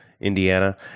Indiana